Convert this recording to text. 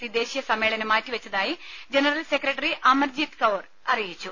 C ദേശീയ സമ്മേളനം മാറ്റിവെച്ചതായി general secretary Amar ജിത്കൌർ അറിയിച്ചു